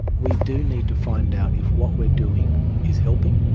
we do need to find out if what we're doing is helping.